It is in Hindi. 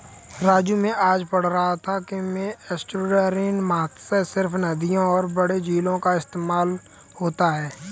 राजू मैं आज पढ़ रहा था कि में एस्टुअरीन मत्स्य सिर्फ नदियों और बड़े झीलों का इस्तेमाल होता है